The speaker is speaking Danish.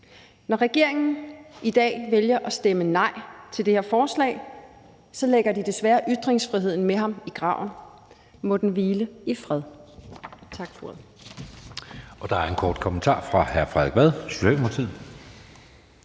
Når regeringen i dag vælger at stemme nej til det her forslag, lægger de desværre ytringsfriheden med ham i graven. Må den hvile i fred. Tak for ordet.